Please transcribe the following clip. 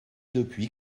depuis